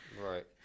Right